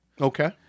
Okay